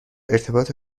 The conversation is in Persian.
ارتباط